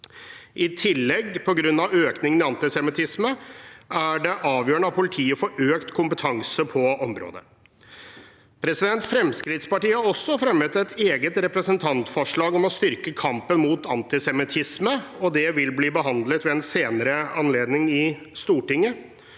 På grunn av økningen i antisemittisme er det i tillegg avgjørende at politiet får økt kompetanse på området. Fremskrittspartiet har fremmet et eget representantforslag om å styrke kampen mot antisemittisme, og det vil bli behandlet ved en senere anledning i Stortinget.